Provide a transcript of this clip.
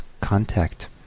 contact